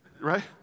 right